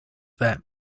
that